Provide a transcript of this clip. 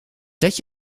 zet